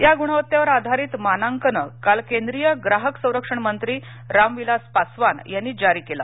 या गुणवत्तेवर आधारित मानांकनं काल केंद्रीय ग्राहक संरक्षण मंत्री रामविलास पासवान यांनी जारी केलं